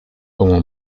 como